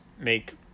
make